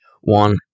one